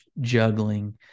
juggling